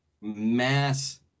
mass